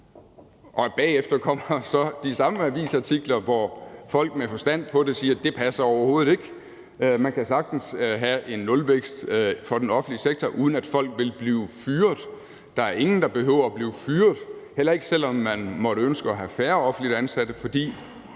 bagefter kommer der så igen avisartikler, hvor folk med forstand på det siger, at det overhovedet ikke passer; man kan sagtens have en nulvækst for den offentlige sektor, uden at folk vil blive fyret. Der er ingen, der behøver at blive fyret, heller ikke selv om man måtte ønske at have færre offentligt ansatte,